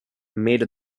made